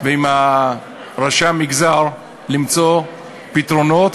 ועם ראשי המגזר, למצוא פתרונות,